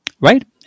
Right